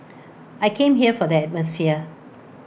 I came here for the atmosphere